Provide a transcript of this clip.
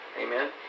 amen